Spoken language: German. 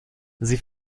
sie